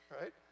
right